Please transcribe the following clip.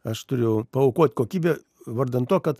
aš turiu paaukoti kokybę vardan to kad